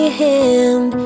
hand